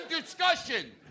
discussion